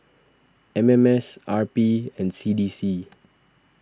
M M S R P and C D C